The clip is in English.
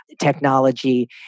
technology